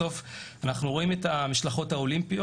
בסוף אנחנו רואים את המשלחות האולימפיות